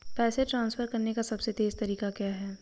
पैसे ट्रांसफर करने का सबसे तेज़ तरीका क्या है?